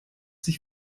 sich